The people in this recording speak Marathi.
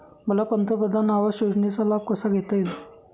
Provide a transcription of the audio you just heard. मला पंतप्रधान आवास योजनेचा लाभ कसा घेता येईल?